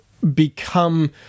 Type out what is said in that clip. become